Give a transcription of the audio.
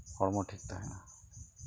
ᱦᱚᱲᱢᱚ ᱴᱷᱤᱠ ᱛᱟᱦᱮᱱᱟ